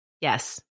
Yes